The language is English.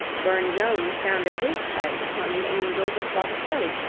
burne-jones founded his type upon the angels of botticelli,